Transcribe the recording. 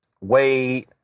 Wade